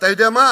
אתה יודע מה?